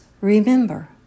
remember